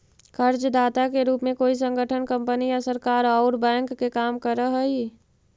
कर्जदाता के रूप में कोई संगठन कंपनी या सरकार औउर बैंक के काम करऽ हई